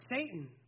Satan